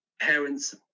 parents